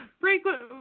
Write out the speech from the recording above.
Frequent